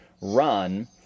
run